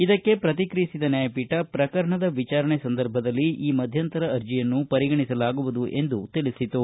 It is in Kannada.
ಇದಕ್ಕೆ ಪ್ರತಿಕ್ರಿಯಿಸಿದ ನ್ಯಾಯಪೀಠ ಪ್ರಕರಣದ ವಿಚಾರಣೆ ಸಂದರ್ಭದಲ್ಲಿ ಈ ಮಧ್ಯಂತರ ಅರ್ಜಿಯನ್ನು ಪರಿಗಣಿಸಲಾಗುವುದು ಎಂದು ತಿಳಿಸಿತು